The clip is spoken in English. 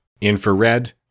Infrared